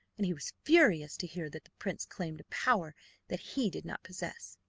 and he was furious to hear that the prince claimed a power that he did not possess.